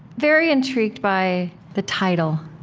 very intrigued by the title,